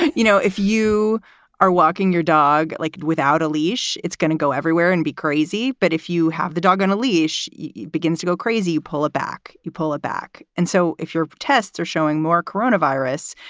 you know, if you are walking your dog like without a leash, it's going to go everywhere and be crazy. but if you have the dog on a leash, you begins to go crazy. pull it back, you pull it back. and so if your tests are showing more coronavirus,